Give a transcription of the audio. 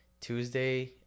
Tuesday